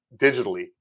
digitally